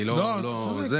אני לא,